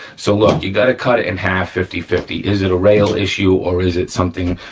so look, you gotta cut it in half fifty fifty. is it a rail issue or is it something,